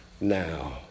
now